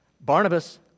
Barnabas